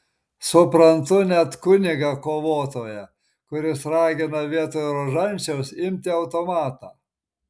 suprantu net kunigą kovotoją kuris ragina vietoj rožančiaus imti automatą